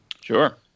Sure